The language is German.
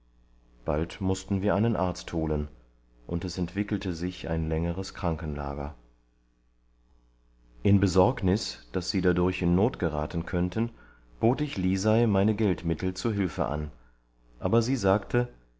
bald mußten wir einen arzt holen und es entwickelte sich ein längeres krankenlager in besorgnis daß sie dadurch in not geraten könnten bot ich lisei meine geldmittel zur hülfe an aber sie sagte